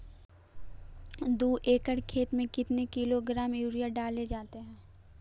दू एकड़ खेत में कितने किलोग्राम यूरिया डाले जाते हैं?